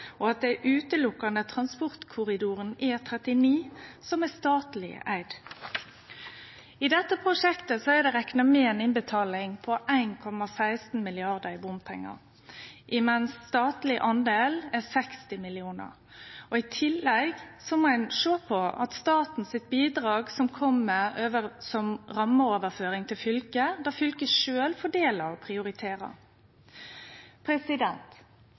og at det berre er transportkorridoren E39 som er statleg eigd. I dette prosjektet er det rekna med innbetaling av 1,16 mrd. kr i bompengar, medan den statlege delen er 60 mill. kr. I tillegg må ein sjå på bidraget frå staten som kjem som rammeoverføring til fylket, der fylket sjølv fordeler og prioriterer. Eg har tru på at ein vil finne gode løysingar for å